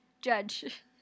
Judge